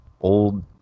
old